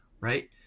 right